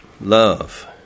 Love